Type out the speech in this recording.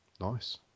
Nice